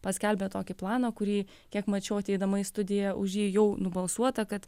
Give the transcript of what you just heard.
paskelbė tokį planą kurį kiek mačiau ateidama į studiją už jį jau nubalsuota kad